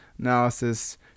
analysis